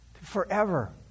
Forever